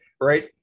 right